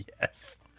Yes